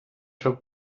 són